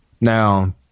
now